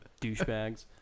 douchebags